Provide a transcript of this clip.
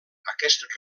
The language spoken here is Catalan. aquest